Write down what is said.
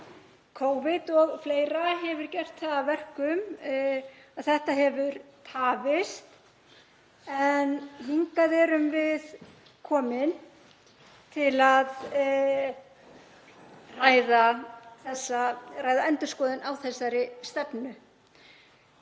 Covid og fleira hefur gert það að verkum að þetta hefur tafist. En hingað erum við komin til að ræða endurskoðun á þessari stefnu.